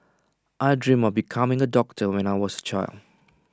I dreamt of becoming A doctor when I was A child